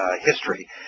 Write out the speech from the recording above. history